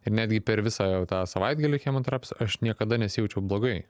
ir netgi per visą tą savaitgalį chemoterapijos aš niekada nesijaučiau blogai